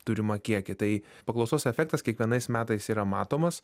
turimą kiekį tai paklausos efektas kiekvienais metais yra matomas